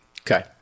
Okay